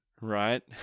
right